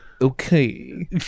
okay